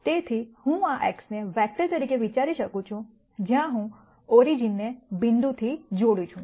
તેથી હું આ X ને વેક્ટર તરીકે વિચારી શકું છું જ્યાં હું ઓરિજીનને બિંદુથી જોડું છું